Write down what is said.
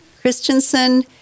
Christensen